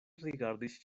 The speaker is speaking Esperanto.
rigardis